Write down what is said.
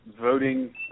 voting